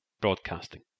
broadcasting